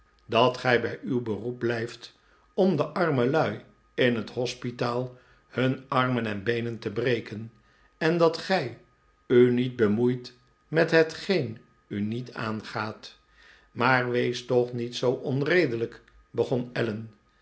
dat gij bij uw beroep blijft om de arme lui in het hospitaal hun armen en beenen te breken en dat gij u niet bemoeit met hetgeen u niet aangaat maar wees toch niet zoo onredelijk begon allen